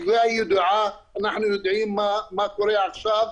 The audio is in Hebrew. הסוגיה ידועה, אנחנו יודעים מה קורה עכשיו.